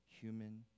human